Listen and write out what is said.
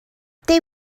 they